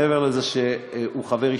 מעבר לזה שהוא חבר שלי